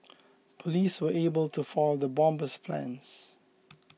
police were able to foil the bomber's plans